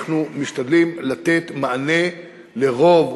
אנחנו משתדלים לתת מענה לרוב,